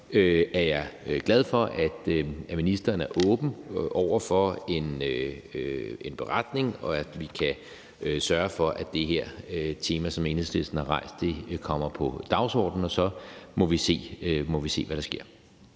er jeg glad for, at ministeren er åben over for en beretning, og at vi kan sørge for, at det tema, som Enhedslisten har rejst her, kommer på dagsordenen, og så må vi se, hvad der sker.